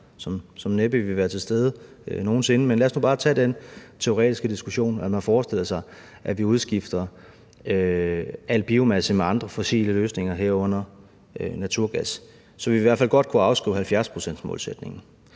som næppe ville være realistiske nogen sinde, men lad os nu bare tage den teoretiske diskussion, at man forestillede sig, at vi udskiftede al biomasse med fossile løsninger, herunder naturgas. Så ville vi i hvert fald godt kunne afskrive os målsætningen